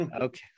Okay